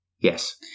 yes